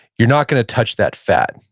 you're not going to touch that fat.